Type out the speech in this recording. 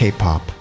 K-pop